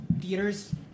Theaters